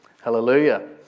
Hallelujah